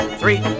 three